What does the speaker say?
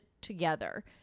together